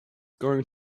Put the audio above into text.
going